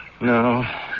No